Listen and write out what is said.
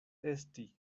esti